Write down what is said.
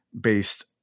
based